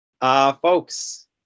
folks